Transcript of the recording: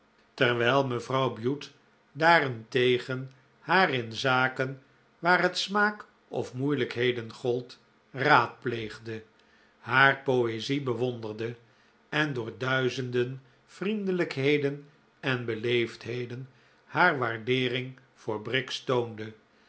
terwijl mevrouw bute daarentegen haar in zaken waar het smaak of moeilijkheden gold raadpleegde haar poezie bewonderde en door duizenden vriendelijkheden en beleefdheden haar waardeering voor briggs